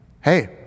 Hey